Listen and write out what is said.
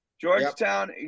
Georgetown